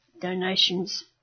donations